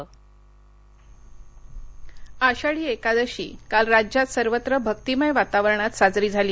आषाढी आषाढी एकादशी काल राज्यात सर्वत्र भक्तिमय वातावरणात साजरी झाली